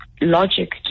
logic